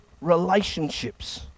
relationships